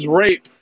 rape